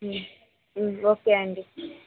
okay అండీ